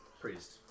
priest